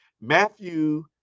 Matthew